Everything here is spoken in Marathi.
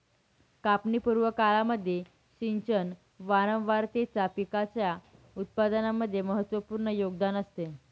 कापणी पूर्व काळामध्ये सिंचन वारंवारतेचा पिकाच्या उत्पादनामध्ये महत्त्वपूर्ण योगदान असते